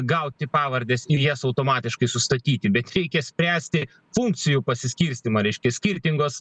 gauti pavardes ir jas automatiškai sustatyti bet reikia spręsti funkcijų pasiskirstymą reiškia skirtingos